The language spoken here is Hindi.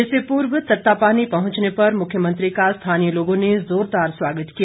इससे पूर्व तत्तापानी पहुंचने पर मुख्यमंत्री का स्थानीय लोगों ने जोरदार स्वागत किया